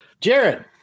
Jared